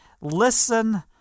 listen